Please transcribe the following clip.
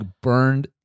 burned